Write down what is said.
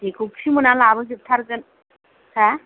जेखौखि मोना लाबोजोब थारगोन हा